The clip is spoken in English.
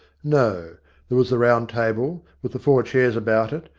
no there was the round table, with the four chairs about it,